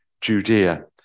Judea